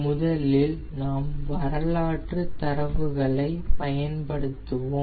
முதலில் நாம் வரலாற்றுத் தரவுகளை பயன்படுத்துவோம்